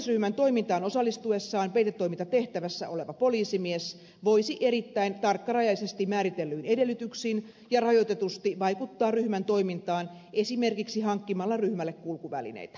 rikollisryhmän toimintaan osallistuessaan peitetoimintatehtävässä oleva poliisimies voisi erittäin tarkkarajaisesti määritellyin edellytyksin ja rajoitetusti vaikuttaa ryhmän toimintaan esimerkiksi hankkimalla ryhmälle kulkuvälineitä